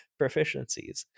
proficiencies